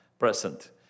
present